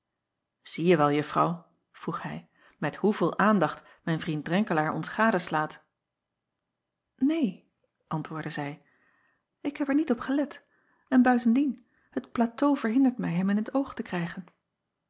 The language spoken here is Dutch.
had ieje wel uffrouw vroeg hij met hoeveel aandacht mijn vriend renkelaer ons gadeslaat acob van ennep laasje evenster delen een antwoordde zij ik heb er niet op gelet en buitendien het plateau verhindert mij hem in t oog te krijgen